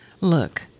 Look